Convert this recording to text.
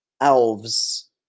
elves